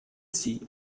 sie